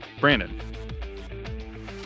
Brandon